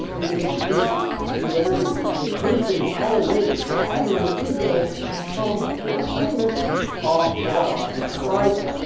he can increase his popularity, increase his already staggering ego, and become more famous off of a hostage crisis.